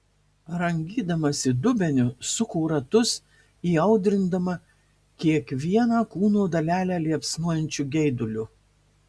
rangydamasi dubeniu suko ratus įaudrindama kiekvieną kūno dalelę liepsnojančiu geiduliu